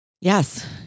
Yes